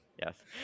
Yes